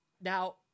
Now –